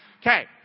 Okay